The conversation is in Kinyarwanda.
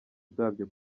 bwabyo